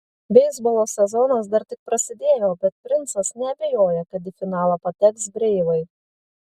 beisbolo sezonas dar tik prasidėjo bet princas neabejoja kad į finalą pateks breivai